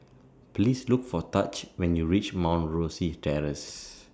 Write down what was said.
Please Look For Taj when YOU REACH Mount Rosie Terrace